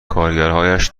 کارگرهاش